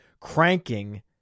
cranking